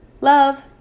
Love